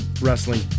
wrestling